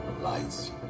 Lights